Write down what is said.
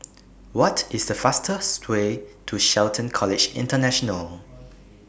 What IS The fastest Way to Shelton College International